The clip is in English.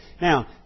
Now